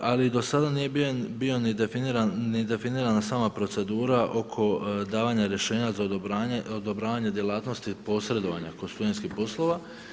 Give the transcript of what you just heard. Ali do sada nije bio niti definirana sama procedura oko davanja rješenja za odobravanje djelatnosti posredovanja kod studentskih poslova.